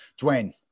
Dwayne